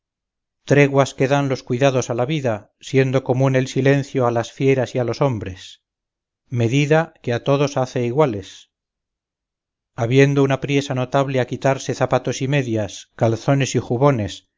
treguas que dan los cuidados a la vida siendo común el silencio a las fieras y a los hombres medida que a todos hace iguales habiendo una priesa notable a quitarse zapatos y medias calzones y jubones